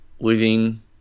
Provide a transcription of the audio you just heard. living